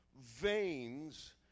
veins